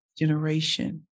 generation